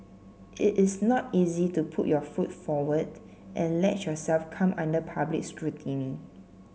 it is not easy to put your foot forward and let yourself come under public scrutiny